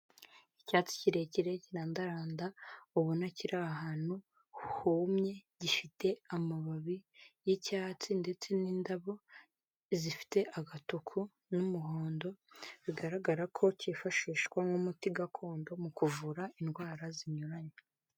Icyatsi kirekire kirandaranda ubona kiri ahantu humye gifite amababi y'icyatsi, ndetse n'indabo zifite agatuku n'umuhondo, bigaragara ko kifashishwa nk'umuti gakondo mu kuvura indwara zinyuranye.